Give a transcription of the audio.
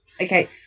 Okay